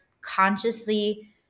consciously